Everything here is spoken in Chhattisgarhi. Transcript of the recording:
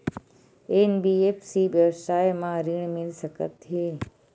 एन.बी.एफ.सी व्यवसाय मा ऋण मिल सकत हे